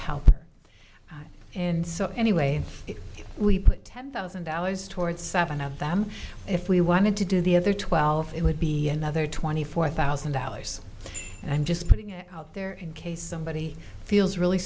help and so anyway we put ten thousand dollars toward seven of them if we wanted to do the other twelve it would be another twenty four thousand dollars and i'm just putting out there in case somebody feels really